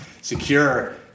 secure